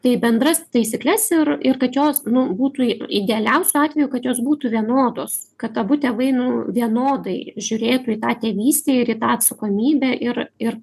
tai bendras taisykles ir ir kad jos nu būtų idealiausiu atveju kad jos būtų vienodos kad abu tėvai nu vienodai žiūrėtų į tą tėvystę ir į tą atsakomybę ir ir